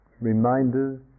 reminders